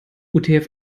utf